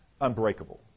unbreakable